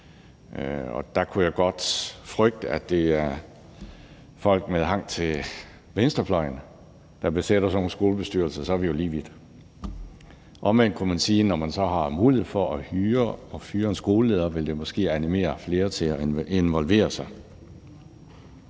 Og der kunne jeg godt frygte, at det er folk med hang til venstrefløjen, der besætter pladserne i sådan nogle skolebestyrelser, og så er vi jo lige vidt. Omvendt kunne man sige, at når man så har mulighed for at hyre og fyre en skoleleder, vil det måske animere flere til at involvere sig.